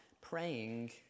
praying